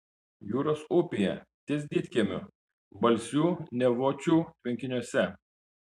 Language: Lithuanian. jūros upėje ties didkiemiu balsių nevočių tvenkiniuose